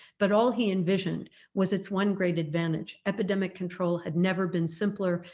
but all he envisioned was its one great advantage. epidemic control had never been simpler.